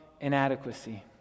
inadequacy